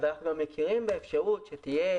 ומצד שני,